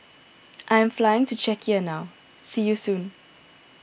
I am flying to Czechia now see you soon